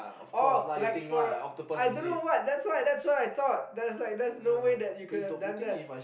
oh like for I don't know what that's why that's why I thought there is like there's no way that you could have done that